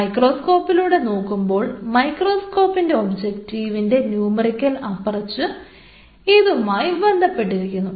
മൈക്രോസ്കോപ്പിലൂടെ നോക്കുമ്പോൾ മൈക്രോസ്കോപ്പിൻറെ ഒബ്ജക്ടീവിൻറെ ന്യൂമെറിക്കൽ അപ്പർച്ചർ ഇതുമായി ബന്ധപ്പെട്ടിരിക്കുന്നു